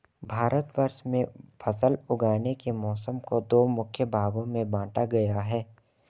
भारतवर्ष में फसल उगाने के मौसम को दो मुख्य भागों में बांटा गया है